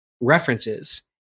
references